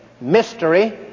Mystery